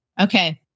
okay